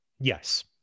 yes